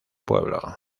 pueblo